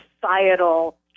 societal